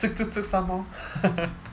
some more